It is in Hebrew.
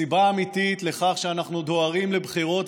הסיבה האמיתית לכך שאנחנו דוהרים לבחירות,